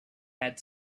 had